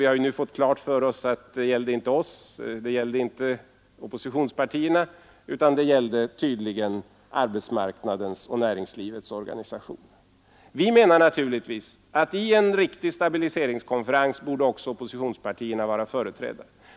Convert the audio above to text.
Vi har nu fått klart för oss att det inte gällde oppositionspartierna, utan det gällde tydligen arbetsmarknadens och näringslivets organisationer. Vi menar naturligtvis att på en riktig stabiliseringskonferens borde också oppositionspartierna vara företrädda.